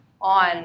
on